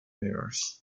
mirrors